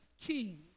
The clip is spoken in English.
king